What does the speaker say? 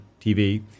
TV